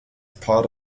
part